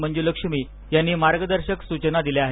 मंजुलक्ष्मी यांनी मार्गदर्शक सूचना दिल्या आहेत